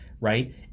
Right